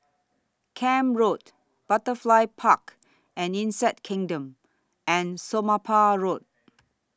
Camp Road Butterfly Park and Insect Kingdom and Somapah Road